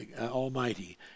Almighty